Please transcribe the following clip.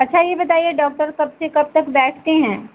अच्छा ये बताईए डॉक्टर कब से कब तक बैठते हैं